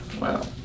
Wow